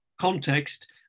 context